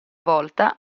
volta